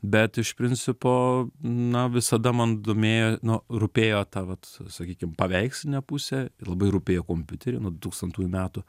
bet iš principo na visada man domėjo na rūpėjo ta vat sakykim paveikslinė pusė labai rūpėjo kompiuteriai nuo dutūkstantųjų metų